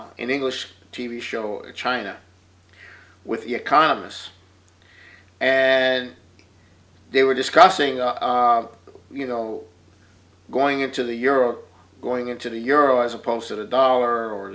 china in english t v show china with the economists and they were discussing you know going into the euro going into the euro as opposed to the dollar or